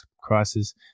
crisis